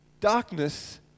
darkness